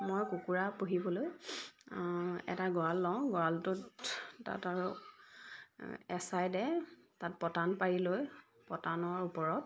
মই কুকুৰা পুহিবলৈ এটা গঁৰাল লওঁ গঁৰালটোত তাত আৰু এচাইডে তাত পতান পাৰি লৈ পতানৰ ওপৰত